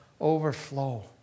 overflow